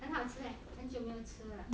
很好吃 eh 很久没有吃了